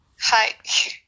Hi